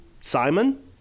Simon